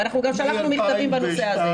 אנחנו גם שלחנו מכתבים בנושא הזה.